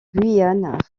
guyane